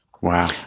Wow